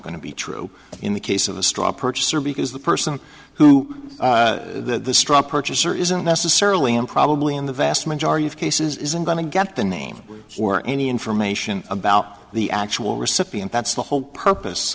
going to be true in the case of a straw purchaser because the person who the straw purchaser isn't necessarily and probably in the vast majority of cases isn't going to get the name or any information about the actual recipient that's the whole purpose